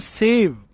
save